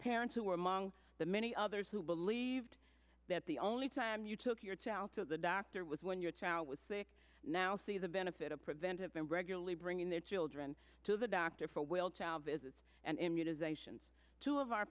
parents who are among the many others who believed that the only time you took your tout to the doctor it was when your child was sick now see the benefit of preventive and regularly bringing their children to the doctor for will to our visits and immunizations two of our